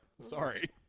Sorry